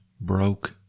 broke